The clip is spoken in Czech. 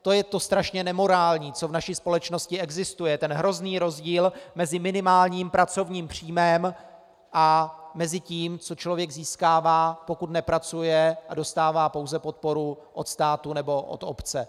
To je to strašně nemorální, co v naší společnosti existuje, ten hrozný rozdíl mezi minimálním pracovním příjmem a tím, co člověk získává, pokud nepracuje a dostává pouze podporu od státu nebo od obce.